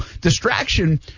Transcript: distraction